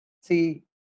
See